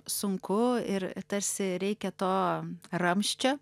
sunku ir tarsi reikia to ramsčio